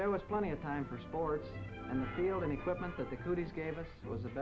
there was plenty of time for sports dealing equipment with the goodies gave us was the